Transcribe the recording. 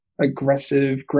aggressive